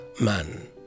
man